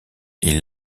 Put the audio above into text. est